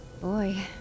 Boy